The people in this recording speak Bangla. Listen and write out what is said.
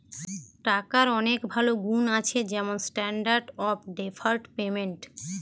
টাকার অনেক ভালো গুন্ আছে যেমন স্ট্যান্ডার্ড অফ ডেফার্ড পেমেন্ট